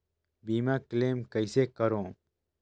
बीमा क्लेम कइसे करों?